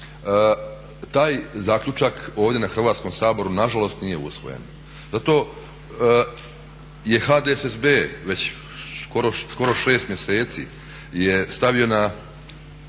Taj zaključak ovdje na Hrvatskom saboru nažalost nije usvojen. Zato je HDSSB već skoro 6 mjeseci je stavio u